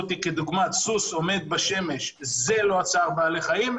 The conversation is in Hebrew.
לגבי סוס שעומד בשמש שזה לא צער בעלי חיים,